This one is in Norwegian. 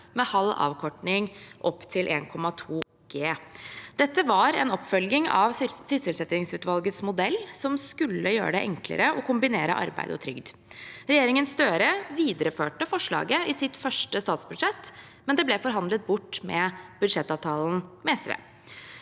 med halv avkorting opp til 1,2 G. Dette var en oppfølging av sysselsettingsutvalgets modell, som skulle gjøre det enklere å kombinere arbeid og trygd. Regjeringen Støre videreførte forslaget i sitt første statsbudsjett, men det ble forhandlet bort i budsjettavtalen med SV.